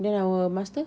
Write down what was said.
then our master